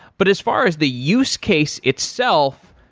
but as far as the use case itself,